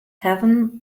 heaven